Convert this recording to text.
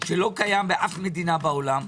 שלא קיים באף מדינה בעולם,